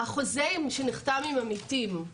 החוזה שנחתם עם עמיתים לפני כשנה וחצי.